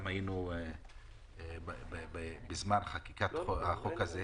היינו גם בזמן חקיקת החוק הזה.